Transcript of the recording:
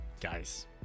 guys